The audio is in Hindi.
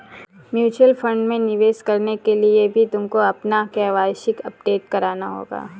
म्यूचुअल फंड में निवेश करने के लिए भी तुमको अपना के.वाई.सी अपडेट कराना होगा